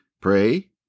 pray